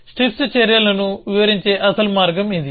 strips చర్యలను వివరించే అసలు మార్గం ఇది